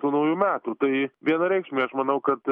tų naujų metų tai vienareikšmiai aš manau kad